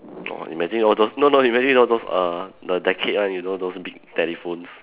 !wah! imagine all those no no imagine all those uh the decade one you know those big telephones